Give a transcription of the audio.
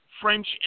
French